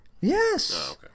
Yes